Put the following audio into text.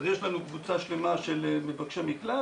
יש לנו קבוצה שלמה של מבקשי מקלט.